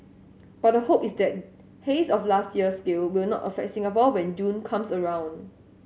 but the hope is that haze of last year's scale will not affect Singapore when June comes around